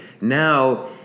Now